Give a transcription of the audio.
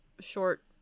short